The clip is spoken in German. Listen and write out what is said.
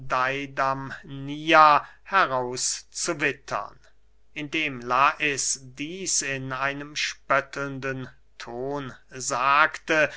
heraus zu wittern indem lais dieß in einem spöttelnden ton sagte